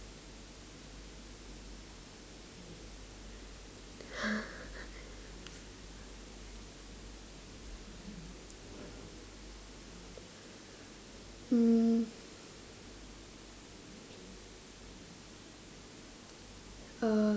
mm uh